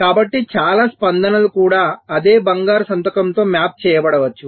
కాబట్టి చాలా స్పందనలు కూడా అదే బంగారు సంతకంలో మ్యాప్ చేయబడవచ్చు